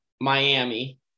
Miami